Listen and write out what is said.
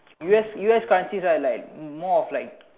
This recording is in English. U_S U_S countries right like m~ more of like